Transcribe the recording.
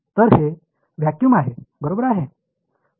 तर हे व्हॅक्यूम आहे बरोबर आहे